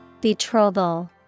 Betrothal